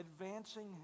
advancing